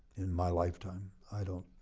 in my lifetime, i don't